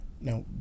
Now